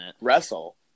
wrestle